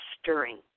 stirring